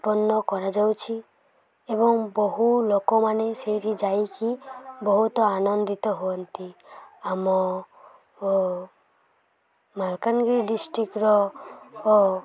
ଉତ୍ପନ୍ନ କରାଯାଉଛି ଏବଂ ବହୁ ଲୋକମାନେ ସେଇଠି ଯାଇକି ବହୁତ ଆନନ୍ଦିତ ହୁଅନ୍ତି ଆମ ଓ ମାଲକାନଗିରି ଡ଼ିଷ୍ଟ୍ରିକ୍ଟର